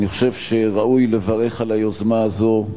אני חושב שראוי לברך על היוזמה הזאת,